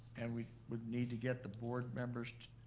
and we would need to get the board members,